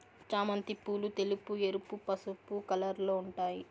చామంతి పూలు తెలుపు, ఎరుపు, పసుపు కలర్లలో ఉంటాయి